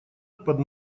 под